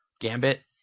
Gambit